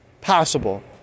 possible